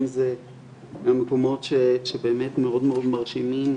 אם זה מהמקומות שבאמת מאוד מאוד מרשימים,